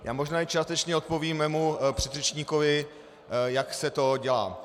Já možná i částečně odpovím mému předřečníkovi, jak se to dělá.